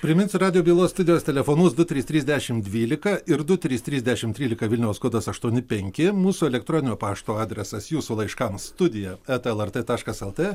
priminsiu radijo bylos studijos telefonus du trys trys dešim dvylika ir du trys trys dešimt trylika vilniaus kodas aštuoni penki mūsų elektroninio pašto adresas jūsų laiškams studija eta lrt taškas lt